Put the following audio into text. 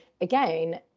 again